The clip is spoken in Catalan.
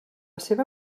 seva